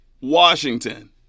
Washington